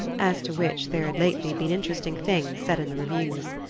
as to which there had lately been interesting things said in the reviews.